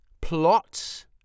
plot